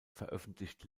veröffentlicht